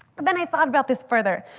but then i thought about this further.